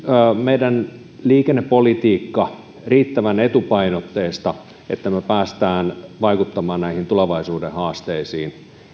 meidän liikennepolitiikkamme riittävän etupainotteista että me pääsemme vaikuttamaan näihin tulevaisuuden haasteisiin